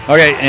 Okay